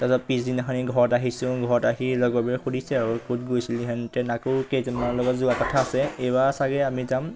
তাৰপিছত পিছদিনাখিনি ঘৰত আহিছোঁ ঘৰত আহি লগৰবোৰে সুধিছে আৰু ক'ত গৈছিলি সেন তেনে আকৌ কেইজনমানৰ লগত যোৱা কথা আছে এইবাৰ চাগৈ আমি যাম